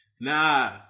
Nah